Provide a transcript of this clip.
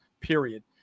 period